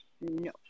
no